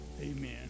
amen